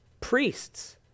priests